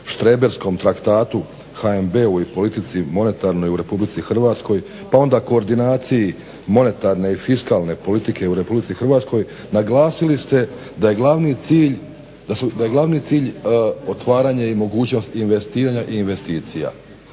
štreberskom traktatu HNB-u i politici monetarnoj u Republici Hrvatskoj, pa onda koordinaciji monetarne i fiskalne politike u Republici Hrvatskoj naglasili ste da je glavni cilj otvaranje i mogućnost investiranja i investicija.